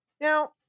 Now